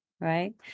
right